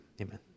Amen